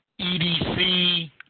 EDC